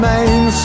Main